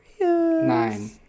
Nine